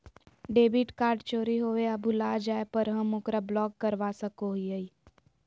debit card चोरी होवे या भुला जाय पर हम ओकरा ब्लॉक करवा सको हियै